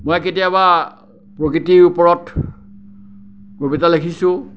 মই কেতিয়াবা প্ৰকৃতিৰ ওপৰত কবিতা লিখিছোঁ